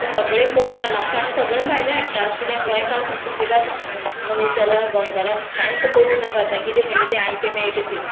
आतां सगळें कमी जालां आतां आमी सगळें भायलें हाडटात किद्या गोंयकार सूशेगाद मनीस जाल्या गोंयकाराक कांयत करूं नाका आतां किदें म्हणटा तें आयतें मेळटा तें